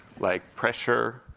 like pressure,